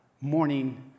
morning